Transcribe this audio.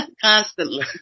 constantly